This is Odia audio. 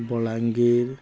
ବଲାଙ୍ଗୀର